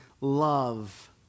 love